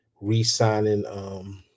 re-signing